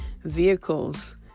Vehicles